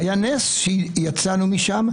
היה נס שיצאנו משם,